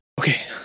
Okay